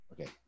okay